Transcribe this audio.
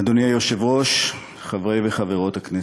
אדוני היושב-ראש, חברי וחברות הכנסת,